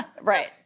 Right